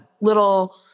little